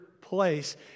place